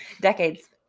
Decades